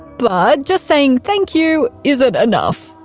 but just saying thank you isn't enough.